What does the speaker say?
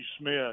Smith